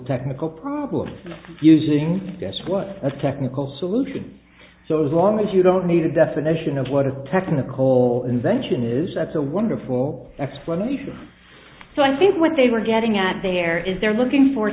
technical problem of using guess what a technical solution so as long as you don't need a definition of what a technical invention is that's a wonderful explanation so i think what they were getting at there is they're looking for